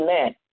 amen